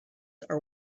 are